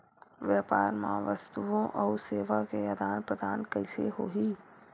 व्यापार मा वस्तुओ अउ सेवा के आदान प्रदान कइसे होही?